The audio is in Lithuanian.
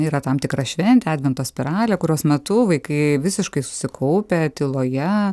yra tam tikra šventė advento spiralė kurios metu vaikai visiškai susikaupę tyloje